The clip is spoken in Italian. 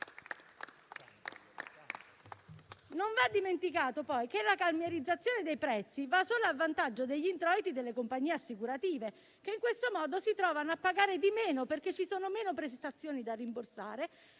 Non va dimenticato poi che la calmierazione dei prezzi va solo a vantaggio degli introiti delle compagnie assicurative, che in questo modo si trovano a pagare di meno, perché ci sono meno prestazioni da rimborsare